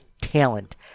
talent